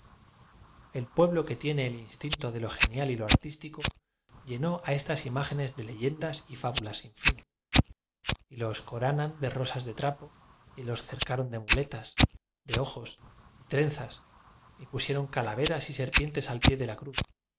el pueblo que tiene el instinto de lo ge nial y lo artístico llenó a estas imágenes de leyendas y fábulas sin fin y los coranan de rosas de trapo y los cercaron de muletas de ojos y trenzas y pusieron calaveras y serpientes al pie de la cruz